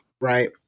right